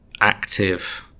active